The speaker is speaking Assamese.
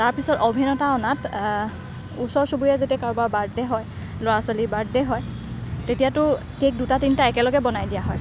তাৰপিছত অ'ভেন এটা অনাত ওচৰ চুবুৰীয়াৰ যেতিয়া কাৰোবাৰ বাৰ্থডে হয় ল'ৰা ছোৱালীৰ বাৰ্থডে হয় তেতিয়াতো কে'ক দুটা তিনিটা একেলগে বনাই দিয়া হয়